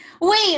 Wait